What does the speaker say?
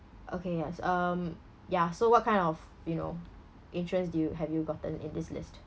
okay yes um yeah so what kind of you know insurance do you have you gotten in this list